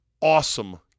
awesome